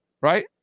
right